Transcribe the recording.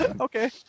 Okay